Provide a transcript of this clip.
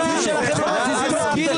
עורכי הדין --- חברת הכנסת טלי גוטליב,